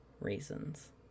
reasons